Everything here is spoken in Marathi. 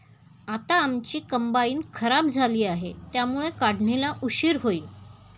आता आमची कंबाइन खराब झाली आहे, त्यामुळे काढणीला उशीर होईल